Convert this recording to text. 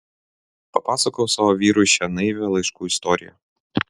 papasakojau savo vyrui šią naivią laiškų istoriją